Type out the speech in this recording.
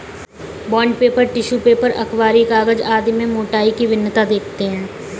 bond paper, tissue paper, अखबारी कागज आदि में मोटाई की भिन्नता देखते हैं